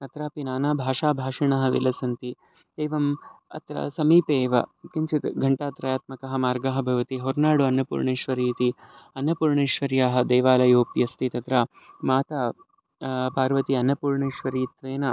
अत्रापि नाना भाषा भाषिणः विलसन्ति एवम् अत्र समीपे एव किञ्चित् घन्टात्रयात्मकः मार्गः भवति होरनाडु अन्नपूर्णेश्वरि इति अन्नपूर्णेश्वर्याः देवालयोऽपि अस्ति तत्र माता पार्वती अन्नपूर्णेश्वरीत्वेन